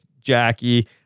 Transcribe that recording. Jackie